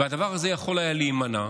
והדבר הזה יכול היה להימנע.